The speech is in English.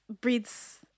breeds